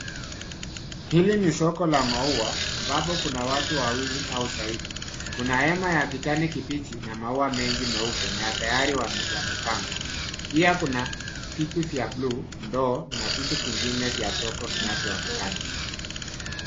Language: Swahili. Hili ni soko la maua, ambapo kuna watu wawili au zaidi. Kuna hema ya kijani kibichi na maua mengi meupe, na tayari yamepangwa. Pia kuna viti vya blue , ndoo, na vitu vingine vya soko vinavyoonekana.